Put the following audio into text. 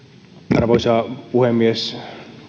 arvoisa puhemies